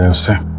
and sir!